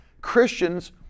Christians